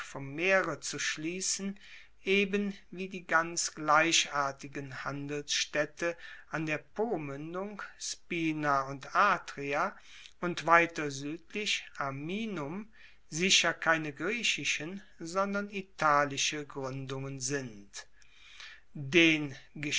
vom meere zu schliessen eben wie die ganz gleichartigen handelsstaedte an der pomuendung spina und atria und weiter suedlich ariminum sicher keine griechischen sondern italische gruendungen sind den